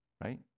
right